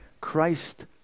Christ